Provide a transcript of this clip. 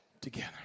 together